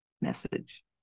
message